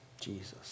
Jesus